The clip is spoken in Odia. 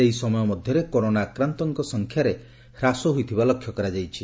ସେହି ସମୟ ମଧ୍ୟରେ କରୋନା ଆକ୍ରାନ୍ତଙ୍କ ସଂଖ୍ୟାରେ ହ୍ରାସ ପାଇଥିବା ଲକ୍ଷ୍ୟ କରାଯାଉଛି